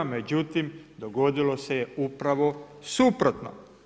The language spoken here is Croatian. Međutim, dogodilo se je upravo suprotno.